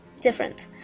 different